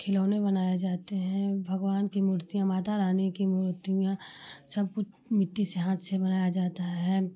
खिलौने बनाए जाते हैं भगवान की मूर्तियाँ माता रानी की मूर्तियाँ सबकुछ मिट्टी से हाथ से बनाया जाता है